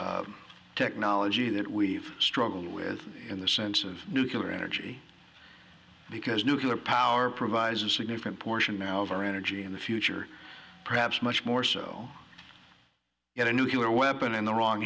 another technology that we've struggled with in the sense of nucular energy because nuclear power provides a significant portion now of our energy in the future perhaps much more so at a nuclear weapon in the wrong